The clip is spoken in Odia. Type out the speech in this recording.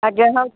ଆଜ୍ଞା ହଉ